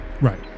Right